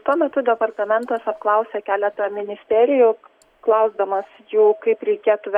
tuo metu departamentas apklausė keletą ministerijų klausdamas jų kaip reikėtų ve